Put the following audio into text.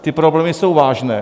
Ty problémy jsou vážné.